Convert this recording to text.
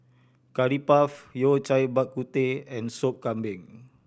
Curry Puff Yao Cai Bak Kut Teh and Sop Kambing